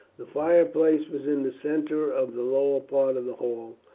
the fireplace was in the centre of the lower part of the hall,